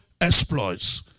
Exploits